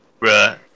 Bruh